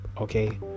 okay